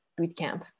Bootcamp